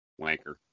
Wanker